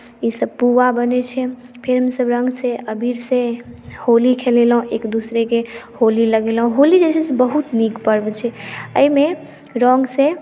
ईसभ पुआ बनैत छै फेर हमसभ रङ्गसँ अबीरसँ होली खेलेलहुँ एक दोसराकेँ होली लगेलहुँ होली जे छै से बहुत नीक पर्व छै एहिमे रङ्गसँ